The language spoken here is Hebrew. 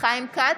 חיים כץ,